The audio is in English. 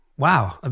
wow